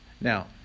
Now